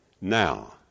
now